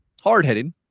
Hard-headed